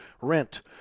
rent